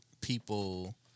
people